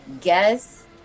guess